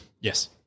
Yes